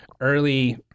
early